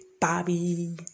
Bobby